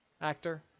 actor